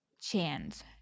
chance